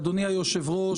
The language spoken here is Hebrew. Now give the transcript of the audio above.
אדוני היושב-ראש,